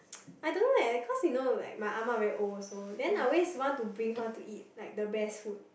I don't know leh cause you know right my ah-ma very old also then I always want to bring her to eat like the best food